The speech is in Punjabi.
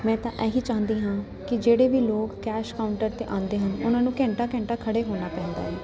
ਮੈਂ ਤਾਂ ਇਹ ਹੀ ਚਾਹੁੰਦੀ ਹਾਂ ਕਿ ਜਿਹੜੇ ਵੀ ਲੋਕ ਕੈਸ਼ ਕਾਊਂਟਰ 'ਤੇ ਆਉਂਦੇ ਹਨ ਉਹਨਾਂ ਨੂੰ ਘੰਟਾ ਘੰਟਾ ਖੜੇ ਹੋਣਾ ਪੈਂਦਾ ਹੈ